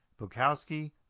Bukowski